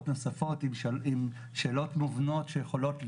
נוספות עם שאלות מובנות שיכולות להיות.